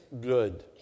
good